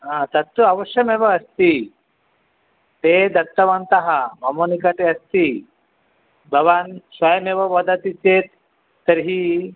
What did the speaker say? हा तत्तु अवश्यमेव अस्ति ते दत्तवन्तः मम निकटे अस्ति भवान् स्वयमेव वदति चेत् तर्हि